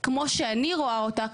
כמו שאני רואה אותה,